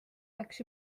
läks